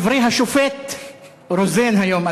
דברי השופט רוזן היום,